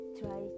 try